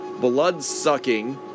blood-sucking